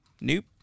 Nope